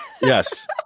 Yes